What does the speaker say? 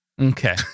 Okay